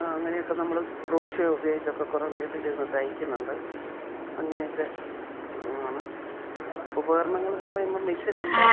അങ്ങനെയൊക്കെ നമ്മൾ ക്രോഷ്യോ ഉപയോഗിച്ചൊക്കൊ കുറേ വീട്ടിലിരുന്ന് തയ്ക്കുന്നുണ്ട് അങ്ങനെയൊക്കെ ആണ് ഉപകരണങ്ങൾ എന്ന് പറയുമ്പം മെഷ്യനൊണ്ട്